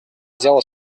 zéro